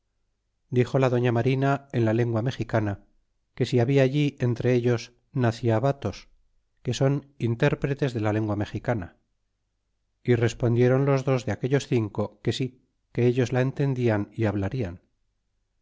dixo la doña marina en la lengua mexicana que si habla allí entre ellos nacyavatos que son intérpretes de la lengua mexicana y respondieron los dos de aquellos cinco que si que ellos la entendian